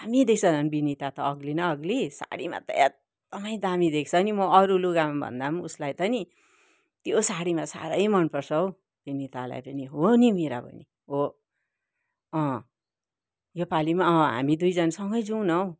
दामी देख्छ झन विनिता त अग्ली न अग्ली सारीमा त एकदमै दामी देख्छ नि म अरू लुगामाभन्दा पनि उसलाई त नि त्यो सारीमा सारै मन पर्छ हौ विनितालाई हो नि मिरा हो अँ यो पाली पनि अँ हामी दुईजना सँगै जाऔँ न हौ